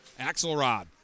Axelrod